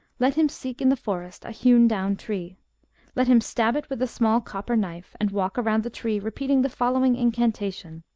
let him seek in the forest a hewn-down tree let him stab it with a small copper knife, and walk round the tree, repeating the following incantation